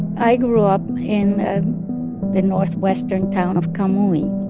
i grew up in the northwestern town of camuy,